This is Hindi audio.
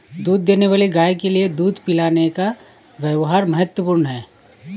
दूध देने वाली गाय के लिए दूध पिलाने का व्यव्हार महत्वपूर्ण है